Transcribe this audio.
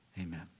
Amen